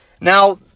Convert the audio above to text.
Now